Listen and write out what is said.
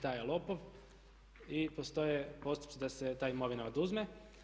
taj je lopov i postoje postupci da se ta imovina oduzme.